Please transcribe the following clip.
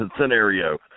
scenario